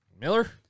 Miller